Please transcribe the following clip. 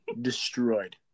destroyed